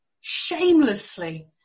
shamelessly